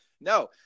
no